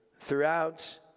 throughout